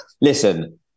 Listen